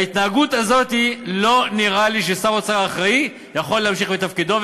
בהתנהגות הזאת לא נראה לי ששר אוצר אחראי יכול להמשיך בתפקידו,